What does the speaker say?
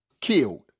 killed